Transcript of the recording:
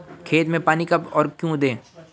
खेत में पानी कब और क्यों दें?